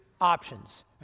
options